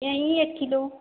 यही एक किलो